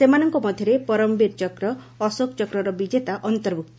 ସେମାନଙ୍କ ମଧ୍ୟରେ ପରମବୀର ଚକ୍ର ଅଶୋକ ଚକ୍ରର ବିଜେତା ଅନ୍ତର୍ଭୁକ୍ତ